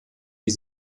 die